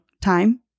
time